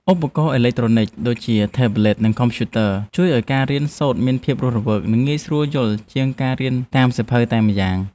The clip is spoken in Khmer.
ឧបករណ៍អេឡិចត្រូនិចដូចជាថេប្លេតនិងកុំព្យូទ័រ ជួយឱ្យការរៀនសូត្រមានភាពរស់រវើកនិងងាយស្រួលយល់ជាងការរៀនតាមសៀវភៅតែម្យ៉ាង។